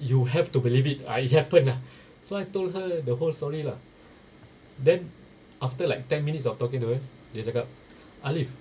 you have to believe it I it happen lah so I told her the whole story lah then after like ten minutes of talking to her dia cakap alif